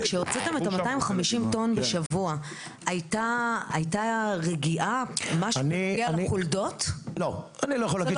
לא נולד מהשמיים 200 טון ולא נזרק אבל לאט-לאט